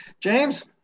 James